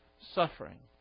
suffering